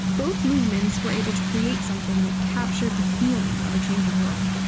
both movements were able to create something that captured the feeling of a changing world.